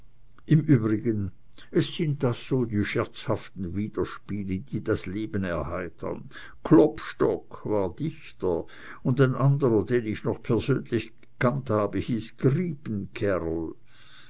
im übrigen es sind das so die scherzhaften widerspiele die das leben erheitern klopstock war dichter und ein anderer den ich noch persönlich gekannt habe hieß griepenkerl es